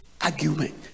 argument